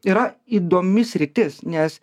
yra įdomi sritis nes